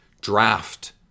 draft